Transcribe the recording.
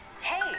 hey